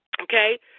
Okay